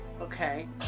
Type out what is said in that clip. Okay